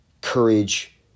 courage